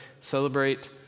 celebrate